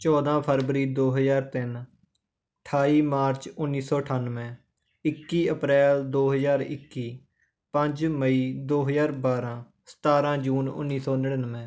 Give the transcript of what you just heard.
ਚੌਦ੍ਹਾਂ ਫਰਵਰੀ ਦੋ ਹਜ਼ਾਰ ਤਿੰਨ ਅਠਾਈ ਮਾਰਚ ਉੱਨੀ ਸੌ ਅਠਾਨਵੇਂ ਇੱਕੀ ਅਪ੍ਰੈਲ ਦੋ ਹਜ਼ਾਰ ਇੱਕੀ ਪੰਜ ਮਈ ਦੋ ਹਜ਼ਾਰ ਬਾਰ੍ਹਾਂ ਸਤਾਰਾਂ ਜੂਨ ਉੱਨੀ ਸੌ ਨੜਿਨਵੇਂ